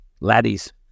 Laddies